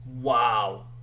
Wow